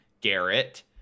Garrett